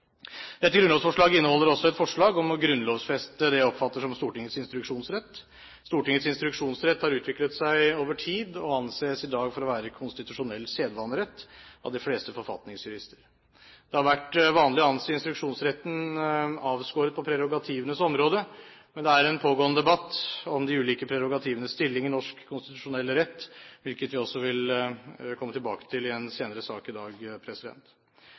Dette grunnlovsforslaget inneholder også et forslag om å grunnlovfeste det jeg oppfatter som Stortingets instruksjonsrett. Stortingets instruksjonsrett har utviklet seg over tid og anses i dag for å være konstitusjonell sedvanerett av de fleste forfatningsjurister. Det har vært vanlig å anse instruksjonsretten avskåret på prerogativenes område, men det er en pågående debatt om de ulike prerogativenes stilling i norsk konstitusjonell rett, hvilket vi også vil komme tilbake til i en senere sak i dag.